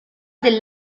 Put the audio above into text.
del